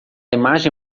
imagem